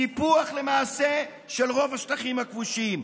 סיפוח למעשה של רוב השטחים הכבושים,